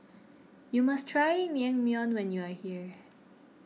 you must try Naengmyeon when you are here